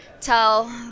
tell